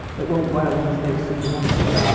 that won't wear once they see the washtub,